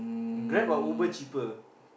Grab or Uber cheaper